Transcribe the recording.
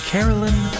Carolyn